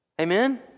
Amen